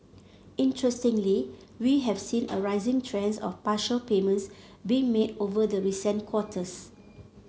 interestingly we have seen a rising trends of partial payments being made over the recent quarters